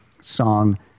song